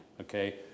okay